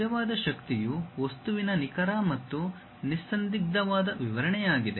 ನಿಜವಾದ ಶಕ್ತಿಯು ವಸ್ತುವಿನ ನಿಖರ ಮತ್ತು ನಿಸ್ಸಂದಿಗ್ಧವಾದ ವಿವರಣೆಯಾಗಿದೆ